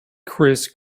chris